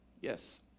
Yes